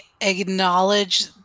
acknowledge